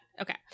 Okay